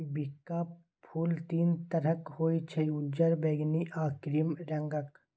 बिंका फुल तीन तरहक होइ छै उज्जर, बैगनी आ क्रीम रंगक